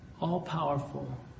all-powerful